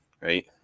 right